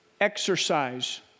exercise